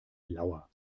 lauer